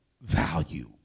value